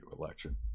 election